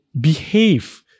behave